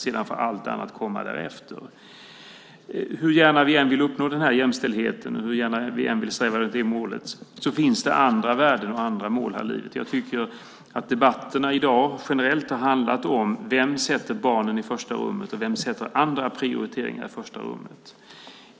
Sedan får allt annat komma därefter. Hur gärna vi än vill uppnå denna jämställdhet och hur gärna vi än vill sträva efter detta mål finns det andra värden och andra mål här i livet. Jag tycker att debatterna i dag generellt har handlat om vem som sätter barnet i första rummet och vem som sätter andra prioriteringar i första rummet.